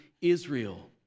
Israel